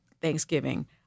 Thanksgiving